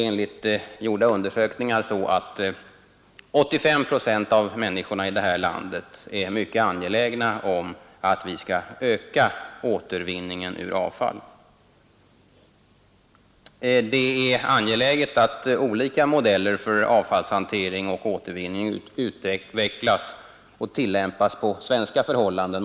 Enligt gjorda undersökningar är 85 procent av människorna här ilandet mycket angelägna om att vi skall öka återvinningen ur avfall. Det är angeläget att olika modeller för avfallshantering och återvinning utvecklas och tillämpas på svenska förhållanden.